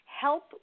help